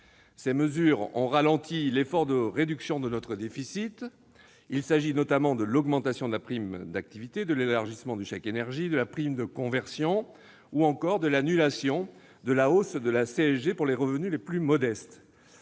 Ces mesures ont ralenti l'effort de réduction de notre déficit. Il s'agit notamment de l'augmentation de la prime d'activité, de l'élargissement du chèque énergie, de la prime à la conversion ou encore de l'annulation de la hausse de la CSG pour les revenus les plus modestes.